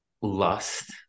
lust